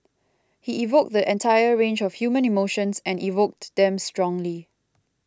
he evoked the entire range of human emotions and evoked them strongly